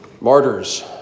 martyrs